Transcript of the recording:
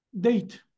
date